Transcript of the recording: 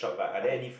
okay